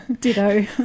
ditto